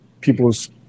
people's